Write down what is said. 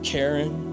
Karen